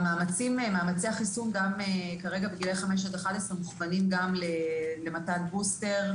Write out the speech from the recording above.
מאמצי החיסון בגילאי 5-11 מוכפלים למתן בוסטר.